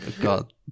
God